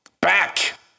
back